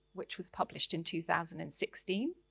which was published in two thousand and sixteen.